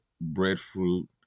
breadfruit